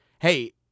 hey